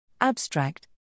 Abstract